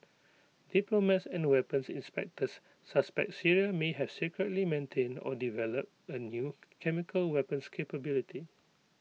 diplomats and weapons inspectors suspect Syria may have secretly maintained or developed A new chemical weapons capability